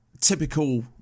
typical